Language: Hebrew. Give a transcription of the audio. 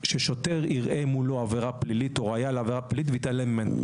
ששוטר יראה מולו עבירה פלילית או ראיה לעבירה פלילית ויתעלם ממנה.